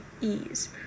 ease